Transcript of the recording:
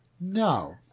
No